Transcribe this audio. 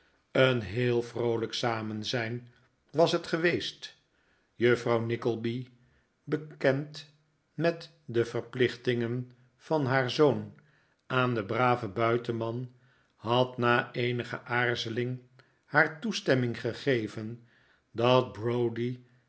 een heel vroolijk samenzijn was het geweest juffrouw nickleby bekend met de verplichtingen van haar zoon aan den braven buitenman had na eenige aarzeling haar toestemming gegeven dat browdie